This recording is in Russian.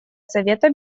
совета